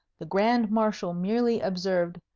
the grand marshal merely observed,